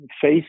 face